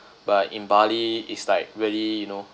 but in bali it's like really you know